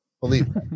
Believe